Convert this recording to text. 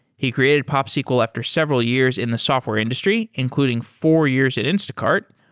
he created popsql after several years in the software industry including four years at instacart.